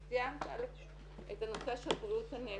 את ציינת את הנושא של בריאות הנפש,